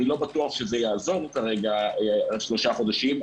אני לא בטוח שזה יעזור כרגע על שלושה חודשים,